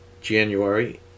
January